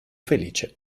felice